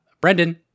Brendan